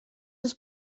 els